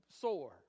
soar